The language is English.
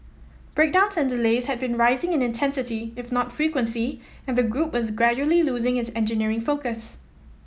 breakdowns and delays had been rising in intensity if not frequency and the group was gradually losing its engineering focus